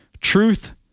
truth